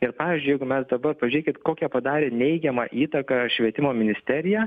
ir pavyzdžiui mes dabar pažiūrėkit kokią padarė neigiamą įtaką švietimo ministerija